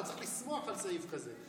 אתה צריך לשמוח על סעיף כזה.